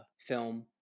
film